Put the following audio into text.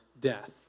death